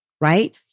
right